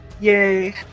Yay